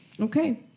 okay